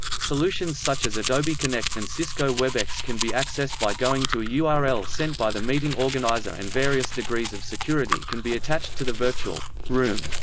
solutions such as adobe connect and cisco webex can be accessed by going to a ah url sent by the meeting organizer and various degrees of security can be attached to the virtual room.